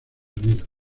unidos